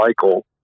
Michael